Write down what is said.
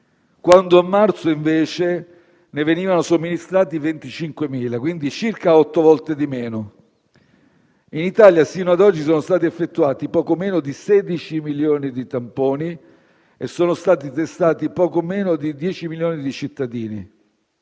quando a marzo, invece, ne venivano somministrati 25.000, circa otto volte di meno. In Italia, sino a oggi sono stati effettuati poco meno di 16 milioni di tamponi e sono stati testati poco meno di 10 milioni di cittadini.